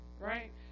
right